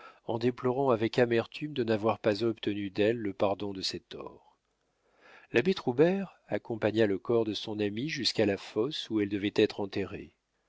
en déplorant avec amertume de n'avoir pas obtenu d'elle le pardon de ses torts l'abbé troubert accompagna le corps de son amie jusqu'à la fosse où elle devait être enterrée